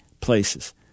places